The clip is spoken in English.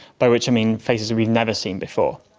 by which i mean faces that we've never seen before.